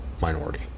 minority